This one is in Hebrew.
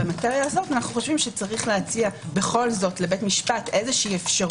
במטריה הזו אנו חושבים שיש להציע בכל זאת לבית המשפט אפשרות